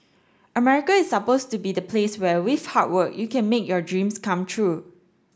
America is supposed to be the place where with hard work you can make your dreams come true